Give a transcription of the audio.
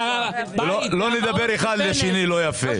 לא לדבר אחד לשני לא יפה.